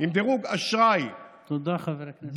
עם דירוג אשראי, תודה, חבר הכנסת ישראל כץ.